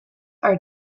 are